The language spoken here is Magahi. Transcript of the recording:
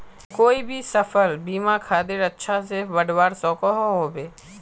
कोई भी सफल बिना खादेर अच्छा से बढ़वार सकोहो होबे?